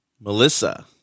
Melissa